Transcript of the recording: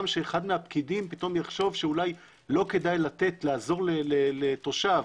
שאחד הפקידים יחשוב שאולי לא כדאי לעזור לתושב